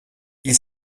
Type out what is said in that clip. ils